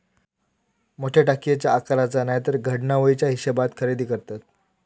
मोठ्या टाकयेच्या आकाराचा नायतर घडणावळीच्या हिशेबात खरेदी करतत